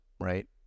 right